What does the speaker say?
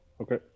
Okay